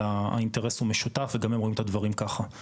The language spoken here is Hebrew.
אבל האינטרס הוא משותף וגם הם רואים את הדברים ככה,